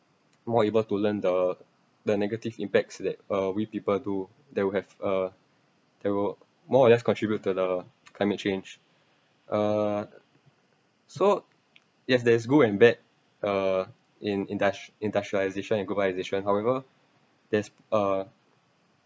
more able to learn the the negative impacts that uh we people do that would have uh they will more or less contribute the climate change uh so yes there's good and bad uh in industr~ industrialisation and globalisation however there's uh